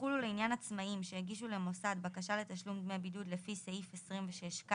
יחולו לעניין עצמאים שהגישו למוסד בקשה לתשלום דמי בידוד לפי סעיף 26כ,